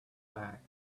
back